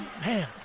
Man